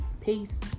Peace